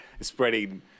spreading